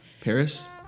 Paris